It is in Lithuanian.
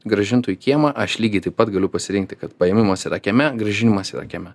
grąžintų į kiemą aš lygiai taip pat galiu pasirinkti kad paėmimas yra kieme grąžinimas yra kieme